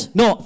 no